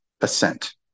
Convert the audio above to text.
ascent